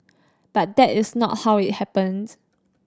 but that is not how it happened